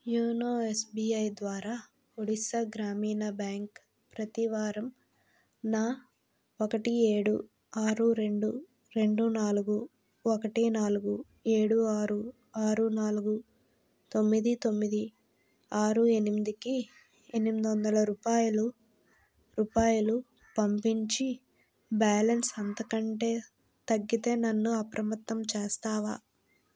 YONO SBI ద్వారా ఒడిస్సా గ్రామీణ bank ప్రతివారం నా ఒకటి ఏడు ఆరు రెండు రెండు నాలుగు ఒకటి నాలుగు ఏడు ఆరు ఆరు నాలుగు తొమ్మిది తొమ్మిది ఆరు ఎనిమిది కి ఎనిమిది వందల రూపాయలు రూపాయలు పంపించి బ్యాలెన్స్ అంతకంటే తగ్గితే నన్ను అప్రమత్తం చేస్తావా